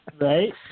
Right